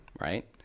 right